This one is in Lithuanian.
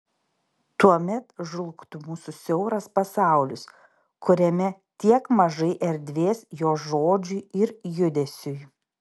tuomet žlugtų mūsų siauras pasaulis kuriame tiek mažai erdvės jo žodžiui ir judesiui